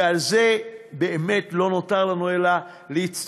ועל זה באמת לא נותר לנו אלא להצטער,